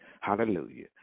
hallelujah